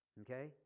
Okay